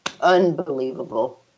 Unbelievable